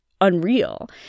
unreal